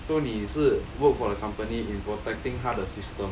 so 你是 work for the company in protecting 他的 system